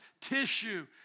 tissue